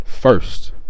first